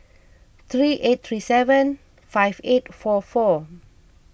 three eight three seven five eight four four